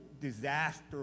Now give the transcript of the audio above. disaster